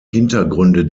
hintergründe